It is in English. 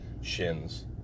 shins